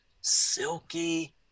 silky